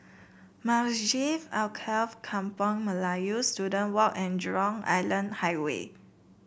Masjid Alkaff Kampung Melayu Student Walk and Jurong Island Highway